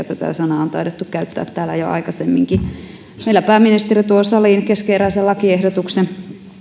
tätä sanaa on taidettu käyttää täällä jo aikaisemminkin meillä pääministeri tuo saliin keskeneräisen lakiehdotuksen